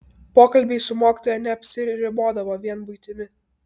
pokalbiai su mokytoja neapsiribodavo vien buitimi